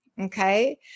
okay